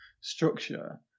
structure